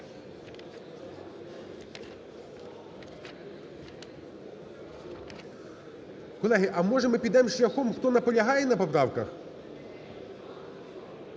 Колеги, а може ми підемо шляхом, хто наполягає на поправках?